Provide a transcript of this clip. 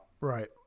Right